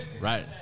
Right